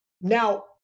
Now